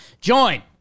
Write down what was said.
Join